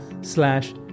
slash